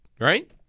right